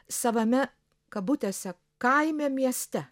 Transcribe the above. savame kabutėse kaime mieste